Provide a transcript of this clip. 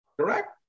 Correct